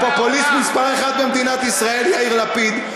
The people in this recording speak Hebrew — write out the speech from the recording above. הפופוליסט מספר אחת במדינת ישראל יאיר לפיד.